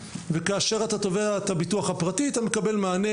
כאשר אתה תובע את הביטוח הפרטי אתה מקבל מענה